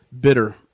bitter